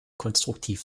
konstruktiv